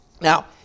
Now